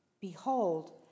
Behold